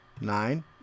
nine